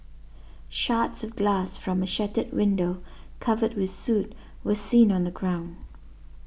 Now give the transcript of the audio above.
shards of glass from a shattered window covered with soot were seen on the ground